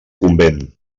convent